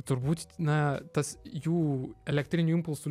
turbūt na tas jų elektrinių impulsų